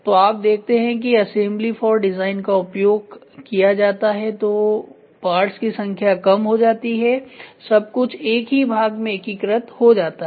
तो आप देखते हैं कि असेंबली फॉर डिजाइन का उपयोग किया जाता है तो पार्टस की संख्या कम हो जाती है सब कुछ एक ही भाग में एकीकृत हो जाता है